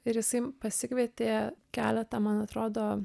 ir jisai pasikvietė keletą man atrodo